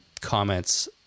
comments